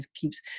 keeps